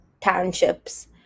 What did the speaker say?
townships